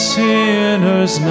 sinners